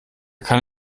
kann